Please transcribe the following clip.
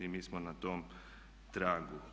Mi smo na tom tragu.